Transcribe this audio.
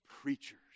preachers